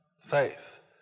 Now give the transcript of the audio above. faith